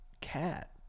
cat